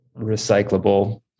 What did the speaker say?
recyclable